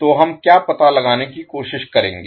तो हम क्या पता लगाने की कोशिश करेंगे